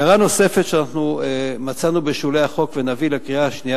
הערה נוספת שמצאנו בשולי החוק ונביא לקריאה השנייה